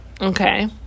Okay